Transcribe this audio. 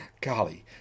Golly